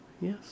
Yes